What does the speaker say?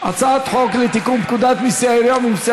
הצעת חוק לתיקון פקודת מיסי העירייה ומיסי